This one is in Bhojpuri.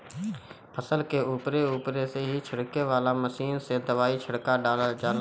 फसल के उपरे उपरे से ही छिड़के वाला मशीन से दवाई छिड़का जाला